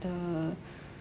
the